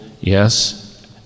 yes